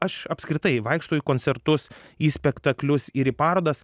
aš apskritai vaikštau į koncertus į spektaklius ir į parodas